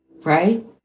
right